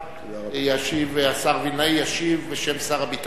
השר וילנאי, ישיב בשם שר הביטחון,